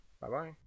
Bye-bye